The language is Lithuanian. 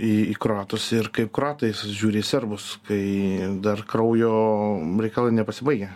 į į kroatus ir kaip kroatai žiūri į serbus kai dar kraujo reikalai nepasibaigę